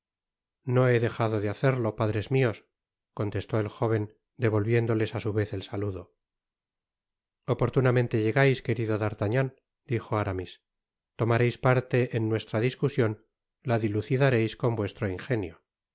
no he dejado de hacerlo padres mios contestó el jóven devolviéndoles á su vez el saludo oportunamente llegais querido d'artagnan dijo aramis tomareis parte en nuestra discusion la dilucidareis con vuestro ingenio